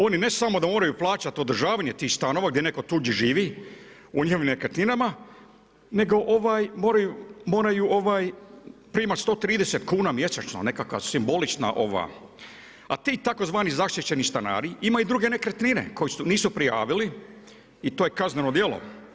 Oni ne samo da moraju plaćati održavanje tih stanova, gdje netko tuđi živi u njihovim nekretninama, nego moraju primati 130 kuna mjesečno nekakva simbolična ova, a ti tzv. zaštićeni stanari imaju druge nekretnine koje nisu prijavili i to je kazneno djelo.